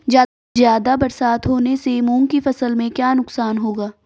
ज़्यादा बरसात होने से मूंग की फसल में क्या नुकसान होगा?